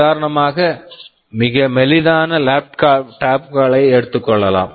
உதாரணமாக மிக மெலிதான லேப்டாப் laptop களை எடுத்துக்கொள்ளலாம்